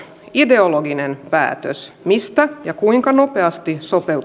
ideologinen päätös mistä ja kuinka nopeasti sopeutetaan